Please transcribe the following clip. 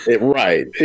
Right